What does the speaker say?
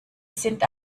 sind